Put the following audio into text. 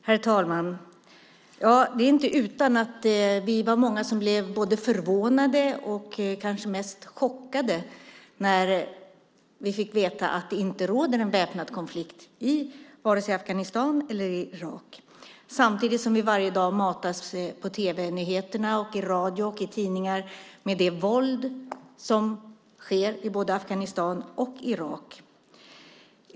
Herr talman! Vi var många som blev både förvånade och chockade när vi fick veta att det inte råder någon väpnad konflikt i vare sig Afghanistan eller Irak samtidigt som vi varje dag i tv-nyheterna, i radio och i tidningar matas med det våld som sker i både Afghanistan och Irak.